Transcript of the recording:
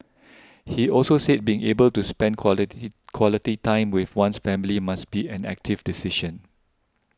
he also said being able to spend quality time with one's family must be an active decision